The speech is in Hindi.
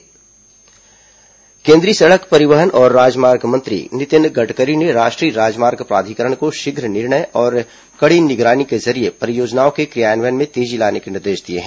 गडकरी एनएचएआई परियोजना केंद्रीय सड़क परिवहन और राजमार्ग मंत्री नितिन गड़करी ने राष्ट्रीय राजमार्ग प्राधिकरण को शीघ्र निर्णय और कड़ी निगरानी के जरिए परियोजनाओं के क्रियान्वयन मे तेजी लाने के निर्देश दिए हैं